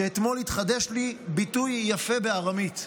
שאתמול התחדש לי ביטוי יפה בארמית: